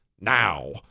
now